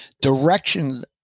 direction